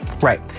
Right